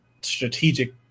strategic